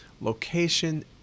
location